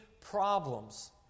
problems